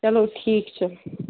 چلو ٹھیٖک چھُ